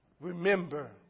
Remember